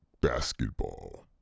basketball